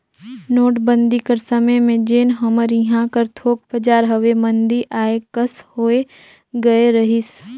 नोटबंदी कर समे में जेन हमर इहां कर थोक बजार हवे मंदी आए कस होए गए रहिस